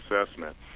assessment